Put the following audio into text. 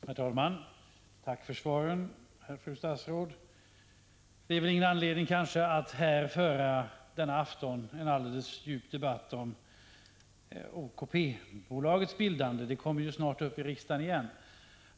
Herr talman! Tack för svaret, fru statsråd! Det finns ingen anledning att här i afton föra en djup debatt om OKP-bolagets bildande, eftersom frågan snart kommer upp i riksdagen igen.